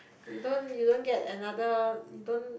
you don't you don't get another you don't